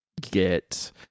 get